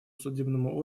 судебному